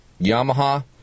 Yamaha